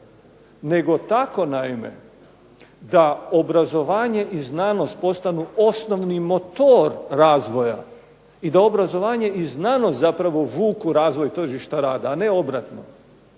nego tako naime da obrazovanje i znanost postanu osnovni motor razvoja i da obrazovanje i znanost zapravo vuku razvoj tržišta rada, a ne obratno.